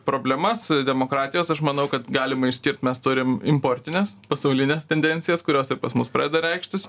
problemas demokratijos aš manau kad galima išskirt mes turim importines pasaulines tendencijas kurios ir pas mus pradeda reikštis